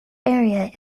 area